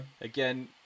again